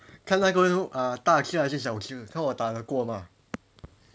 看那个人 uh 大只还是小只看我打得过吗